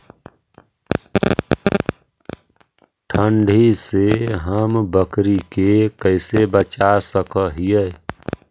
ठंडी से हम बकरी के कैसे बचा सक हिय?